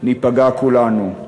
ניפגע כולנו,